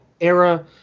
era